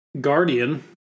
guardian